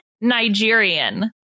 Nigerian